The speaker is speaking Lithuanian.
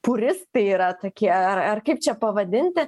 puristai yra tokie ar ar kaip čia pavadinti